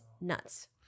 nuts